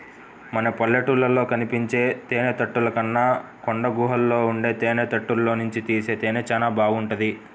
మన పల్లెటూళ్ళలో కనిపించే తేనెతుట్టెల కన్నా కొండగుహల్లో ఉండే తేనెతుట్టెల్లోనుంచి తీసే తేనె చానా బాగుంటది